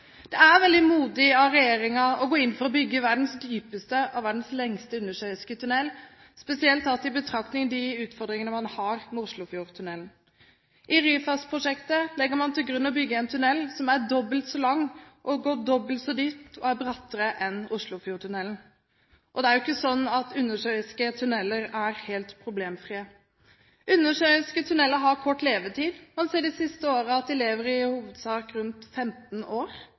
Det er veldig modig av regjeringen å gå inn for å bygge verdens dypeste og verdens lengste undersjøiske tunnel, spesielt tatt i betraktning de utfordringene man har med Oslofjordtunnelen. I Ryfastprosjektet legger man til grunn å bygge en tunnel som er dobbelt så lang, som går dobbelt så dypt, og som er brattere enn Oslofjordtunnelen. Det er jo ikke slik at undersjøiske tunneler er helt problemfrie. Undersjøiske tunneler har kort levetid. De siste årene har man sett at de i hovedsak varer i rundt 15 år.